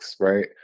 right